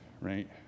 right